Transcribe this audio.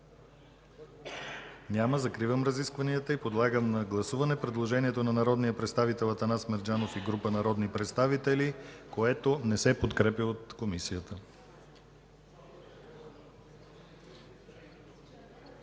Няма. Закривам разискванията и подлагам на гласуване предложението на народния представител Атанас Мерджанов и група народни представители, което не се подкрепя от Комисията.